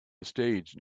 stage